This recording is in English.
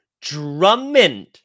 Drummond